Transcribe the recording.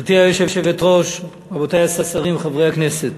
גברתי היושבת-ראש, רבותי השרים, חברי הכנסת,